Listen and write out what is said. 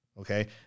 Okay